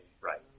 right